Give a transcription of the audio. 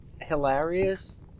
hilarious